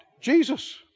Jesus